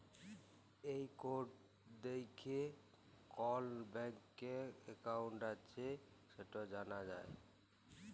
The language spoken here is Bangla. এই কড দ্যাইখে কল ব্যাংকে একাউল্ট আছে সেট জালা যায়